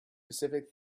pacific